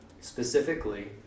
specifically